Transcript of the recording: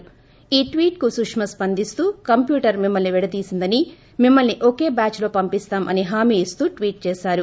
ఈ ట్వీట్కు సుష్మ స్పందింస్తూ కంప్యూటర్ మిమ్మ ల్పి విడదీసిందని మిమ్మ ల్పి ఒకే బ్యాచ్లో పంపిస్తాం అని హామీ ఇస్తూ ట్వీట్ చేశారు